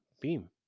Beam